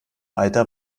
alter